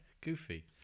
goofy